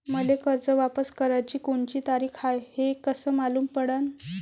मले कर्ज वापस कराची कोनची तारीख हाय हे कस मालूम पडनं?